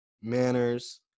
manners